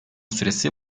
süresi